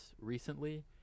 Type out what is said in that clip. recently